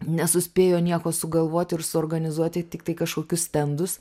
nesuspėjo nieko sugalvoti ir suorganizuoti tiktai kažkokius stendus